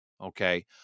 Okay